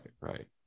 Right